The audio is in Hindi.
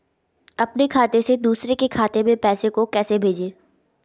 अपने खाते से दूसरे के खाते में पैसे को कैसे भेजे?